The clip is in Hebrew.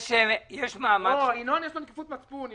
יש נקיפות מצפון.